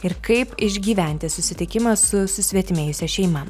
ir kaip išgyventi susitikimą su susvetimėjusia šeima